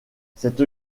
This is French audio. cette